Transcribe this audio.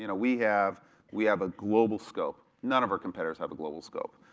you know we have we have a global scope. none of our competitors have a global scope.